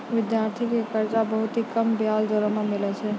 विद्यार्थी के कर्जा मे बहुत ही कम बियाज दरों मे मिलै छै